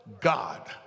God